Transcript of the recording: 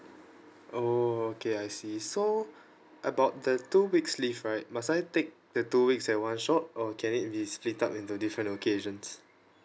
oh okay I see so I about the two weeks leave right must I take the two weeks at one shot or can it be split up into different occasions